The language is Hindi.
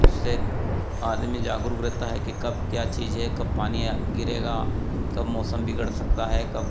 उससे आदमी जागरूक रहता है कि कब क्या चीज है कब पानी गिरेगा कब मौसम बिगड़ सकता है कब